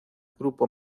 grupo